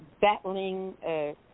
battling